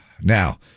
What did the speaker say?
Now